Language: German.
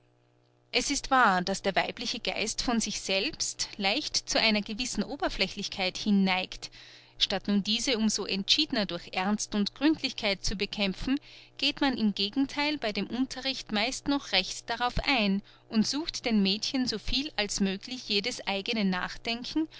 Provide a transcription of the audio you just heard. es ist wahr daß der weibliche geist von sich selbst leicht zu einer gewissen oberflächlichkeit hinneigt statt nun diese um so entschiedner durch ernst und gründlichkeit zu bekämpfen geht man im gegentheil bei dem unterricht meist noch recht darauf ein und sucht den mädchen so viel es möglich jedes eigene nachdenken